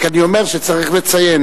רק אני אומר שצריך לציין.